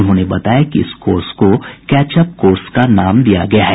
उन्होंने बताया कि इस कोर्स को कैचअप कोर्स का नाम दिया गया है